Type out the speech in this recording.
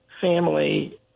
family